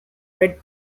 red